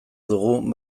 dugu